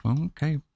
Okay